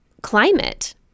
climate